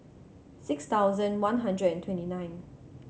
six thousand one hundred and twenty nine